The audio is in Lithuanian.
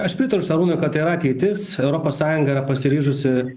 aš pritariu šarūnui kad tai yra ateitis europos sąjunga yra pasiryžusi